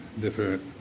different